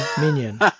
minion